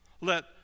let